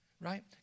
right